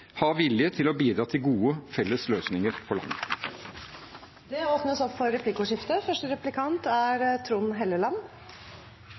ha vilje til å bidra til gode, felles løsninger for landet. Det blir replikkordskifte.